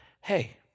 hey